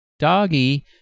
Doggy